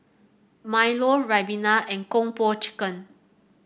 milo ribena and Kung Po Chicken